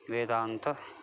वेदान्तः